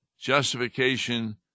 Justification